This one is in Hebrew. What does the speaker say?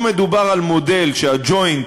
פה מדובר על מודל שה"ג'וינט"